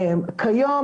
כיום